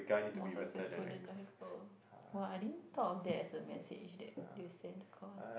most successful than the girl !wah! I didn't thought of that as a message that they will send across